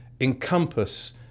encompass